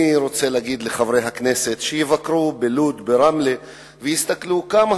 אני רוצה לומר לחברי הכנסת שיבקרו בלוד וברמלה ויסתכלו כמה